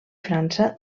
frança